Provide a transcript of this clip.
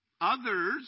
others